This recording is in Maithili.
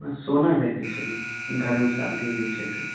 सोना लैके छलै घरमे शादी उदी छै तऽ